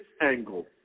angle